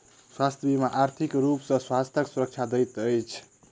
स्वास्थ्य बीमा आर्थिक रूप सॅ स्वास्थ्यक सुरक्षा दैत अछि